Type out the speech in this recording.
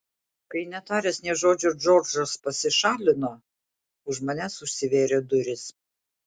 kai netaręs nė žodžio džordžas pasišalino už manęs užsivėrė durys